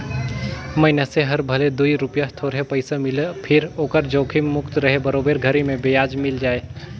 मइनसे हर भले दूई रूपिया थोरहे पइसा मिले फिर ओहर जोखिम मुक्त रहें बरोबर घरी मे बियाज मिल जाय